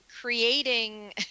creating